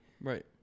Right